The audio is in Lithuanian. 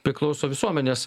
priklauso visuomenės